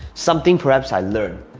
something perhaps i learned,